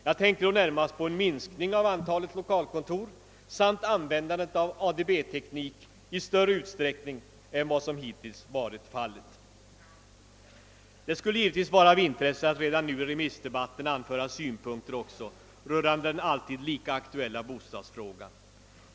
Jag tänker närmast på en minskning av antalet lokalkontor samt användandet av ADB teknik i större utsträckning än vad som hittills varit fallet. Det skulle givetvis vara av intresse att redan nu i remissdebatten anföra synpunkter rörande den alltid lika aktuella bostadsfrågan.